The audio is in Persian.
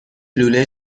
لوله